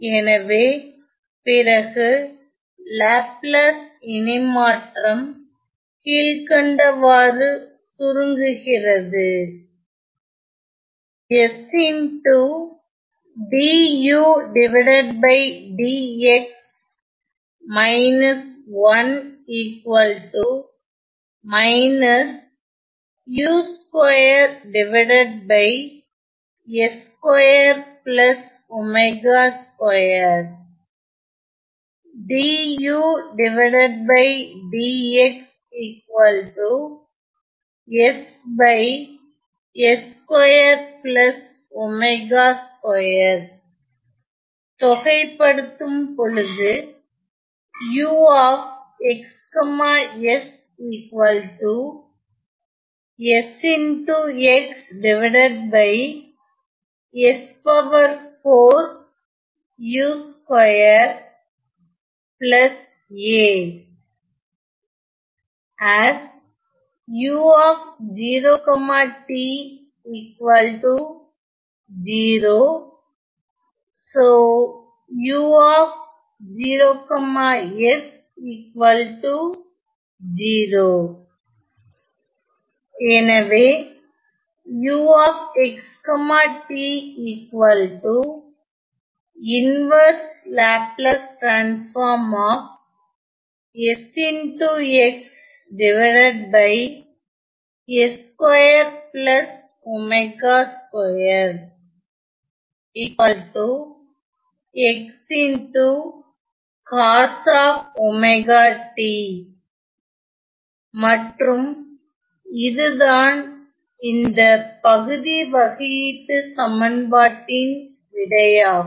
எனவே பிறகு லாப்லாஸ் இணைமாற்றம் கீழ்கண்டவாறு சுருங்குகிறது தொகை படுத்தும் பொழுது எனவே மற்றும் இதுதான் இந்த பகுதி வகையீட்டுச் சமன்பாட்டின் விடையாகும்